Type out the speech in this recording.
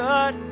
God